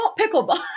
Pickleball